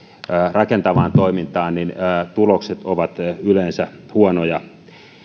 rakentavaan toimintaan niin tulokset ovat yleensä huonoja